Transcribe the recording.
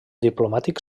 diplomàtic